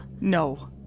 No